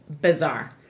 bizarre